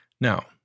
Now